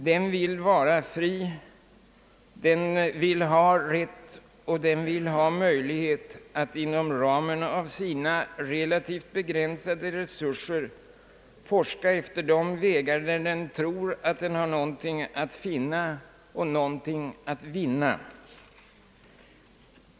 Den vill vara fri, den vill ha rätt och den vill ha möjlighet att inom ramen av sina relativt begränsade resurser forska ef ter de vägar där den tror att den har någonting att finna och någonting att vinna.